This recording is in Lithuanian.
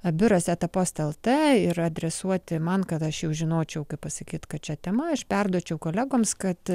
biuras eta post lt ir adresuoti man kad aš jau žinočiau kaip pasakyti kad šia tema aš perduočiau kolegoms kad